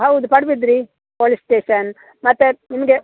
ಹೌದು Padubidri police station ಮತ್ತೆ ನಿಮಗೆ